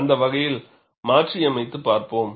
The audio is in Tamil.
அந்த வகையில் மாற்றியமைத்து பார்ப்போம்